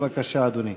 בבקשה, אדוני.